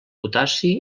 potassi